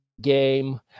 game